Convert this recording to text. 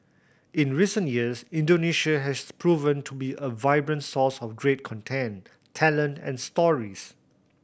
in recent years Indonesia has proven to be a vibrant source of great content talent and stories